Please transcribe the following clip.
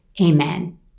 amen